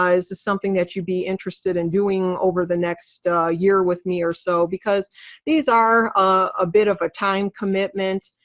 is this something that you'd be interested in doing over the next year with me or so? because these are a bit of a time commitment.